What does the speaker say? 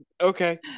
Okay